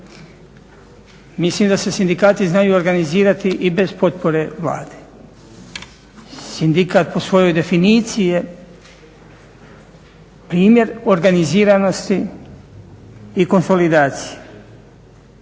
Mislim da se sindikati znaju organizirati i bez potpore Vladi. Sindikat po svojoj definiciji je primjer organiziranosti i konsolidacije.